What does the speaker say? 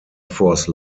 force